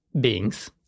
beings